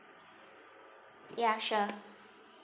ya sure